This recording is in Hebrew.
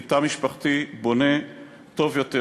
כי תא משפחתי בונה טוב יותר,